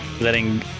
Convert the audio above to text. letting